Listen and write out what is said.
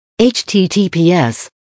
HTTPS